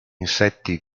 insetti